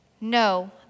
no